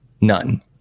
None